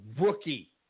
rookie